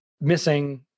missing